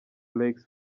lakes